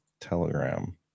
Telegram